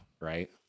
right